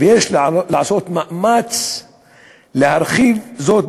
ויש לעשות מאמץ להרחיב זאת,